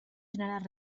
generar